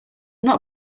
not